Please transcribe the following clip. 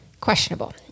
Questionable